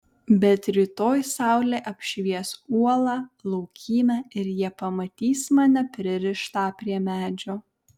bet rytoj saulė apšvies uolą laukymę ir jie pamatys mane pririštą prie medžio